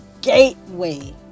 gateway